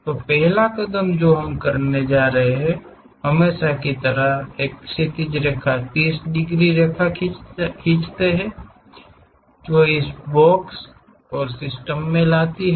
तो पहला कदम जो हमें करना है हमेशा की तरह एक क्षैतिज रेखा 30 डिग्री रेखा खींचती है जो इस बॉक्स को सिस्टम में लाती है